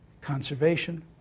conservation